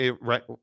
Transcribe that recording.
right